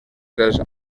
dels